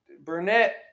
Burnett